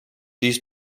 dies